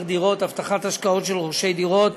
(דירות) (הבטחת השקעות של רוכשי דירות)